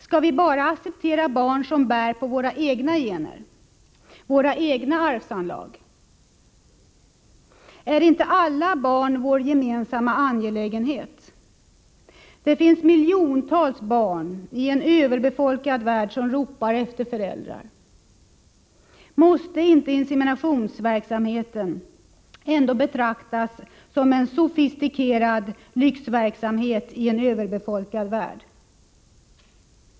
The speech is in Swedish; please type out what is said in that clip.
Skall vi bara acceptera barn som bär på våra egna gener, våra egna arvsanlag? Är inte alla barn vår gemensamma angelägenhet? Det finns miljontals barn i en överbefolkad värld som ropar efter föräldrar. Måste inte inseminationsverksamheten ändå betraktas som en sofistikerad lyxverksamhet i en överbefolkad värld?